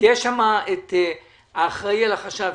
יש שם את האחראי על החשב,